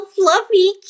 fluffy